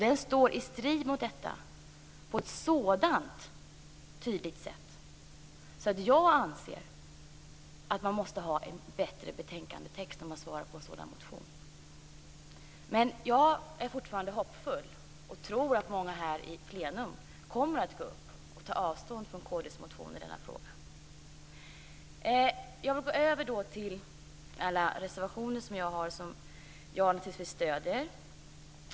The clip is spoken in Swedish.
Den står i strid med detta på ett så tydligt sätt. Jag anser att betänkandetexten måste vara bättre vad gäller behandlingen av motionen. Jag är fortfarande hoppfull. Jag tror att många här i plenisalen kommer att gå upp i talarstolen och ta avstånd från kd:s motion i denna fråga. Jag vill gå över till att tala om alla våra reservationer, som jag naturligtvis stöder.